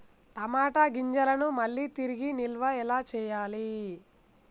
టమాట గింజలను మళ్ళీ తిరిగి నిల్వ ఎలా చేయాలి?